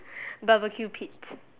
barbecue pit